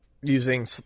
using